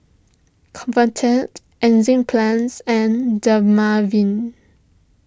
Convatec Enzyplex and Dermaveen